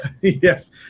Yes